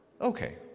Okay